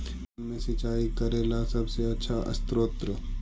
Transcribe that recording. धान मे सिंचाई करे ला सबसे आछा स्त्रोत्र?